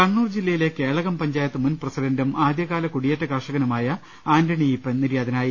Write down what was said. കണ്ണൂർ ജില്ലയിലെ കേളകം പഞ്ചായത്ത് മുൻ പ്രസിഡന്റും ആദ്യ കാല കുടിയേറ്റ കർഷകനുമായ ആന്റണി ഈപ്പൻ നിര്യാതനായി